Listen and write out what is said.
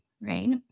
right